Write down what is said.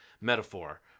metaphor